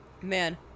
man